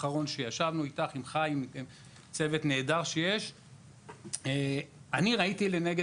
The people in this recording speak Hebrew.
כשישבנו עם דגנית וחיים והצוות הנהדר אני ראיתי לנגד